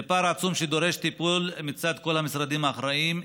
זה פער עצום שדורש טיפול מצד כל המשרדים האחראים,